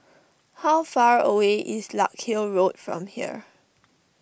how far away is Larkhill Road from here